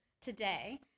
today